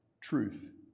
truth